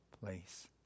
place